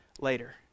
later